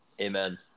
Amen